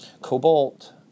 Cobalt